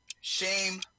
shame